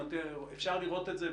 אפשר לראות את זה,